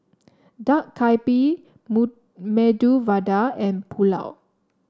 Dak Galbi Medu Vada and Pulao